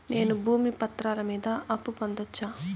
నేను భూమి పత్రాల మీద అప్పు పొందొచ్చా?